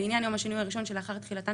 לעניין יום השינוי הראשון שלאחר תחילתן